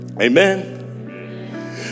Amen